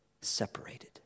separated